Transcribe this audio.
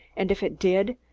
and if it did,